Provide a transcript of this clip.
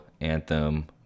Anthem